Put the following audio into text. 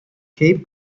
cape